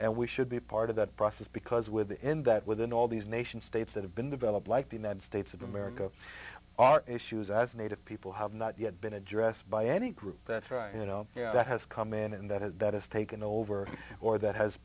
and we should be part of that process because with the end that within all these nation states that have been developed like the united states of america our issues as native people have not yet been addressed by any group that's right you know that has come in and that has that has taken over or that has